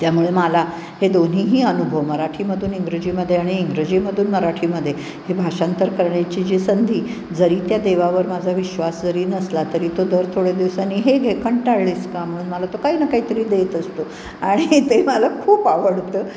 त्यामुळे मला हे दोन्हीही अनुभव मराठीमधून इंग्रजीमध्ये आणि इंग्रजीमधून मराठीमध्ये ही भाषांतर करण्याची जी संधी जरी त्या देवावर माझा विश्वास जरी नसला तरी तो दर थोडे दिवसांनी हे घे कंटाळलीस का म्हणून मला तो काही ना काहीतरी देत असतो आणि ते मला खूप आवडतं